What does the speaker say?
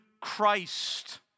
Christ